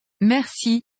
Merci